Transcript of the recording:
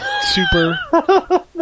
super